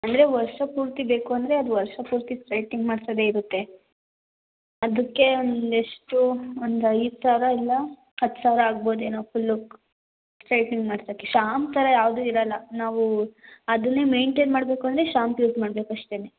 ಅಂದರೆ ವರ್ಷಪೂರ್ತಿ ಬೇಕು ಅಂದರೆ ಅದು ವರ್ಷಪೂರ್ತಿ ಸ್ಟ್ರೇಟ್ನಿಂಗ್ ಮಾಡಿಸೋದೇ ಇರುತ್ತೆ ಅದಕ್ಕೆ ಒಂದೆಷ್ಟು ಒಂದು ಐದು ಸಾವಿರ ಇಲ್ಲ ಹತ್ತು ಸಾವಿರ ಆಗ್ಬೋದೇನೋ ಫುಲ್ಲು ಸ್ಟ್ರೇಟ್ನಿಂಗ್ ಮಾಡ್ಸಕ್ಕೆ ಶಾಂಪ್ ಥರ ಯಾವುದೂ ಇರೋಲ್ಲ ನಾವು ಅದನ್ನೇ ಮೈಂಟೇನ್ ಮಾಡಬೇಕು ಅಂದರೆ ಶಾಂಪ್ ಯೂಸ್ ಮಾಡಬೇಕು ಅಷ್ಟೇ